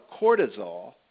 cortisol